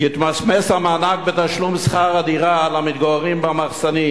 יתמסמס המענק בתשלום שכר הדירה למתגוררים במחסנים.